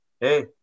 Hey